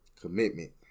Commitment